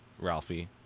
Ralphie